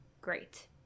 great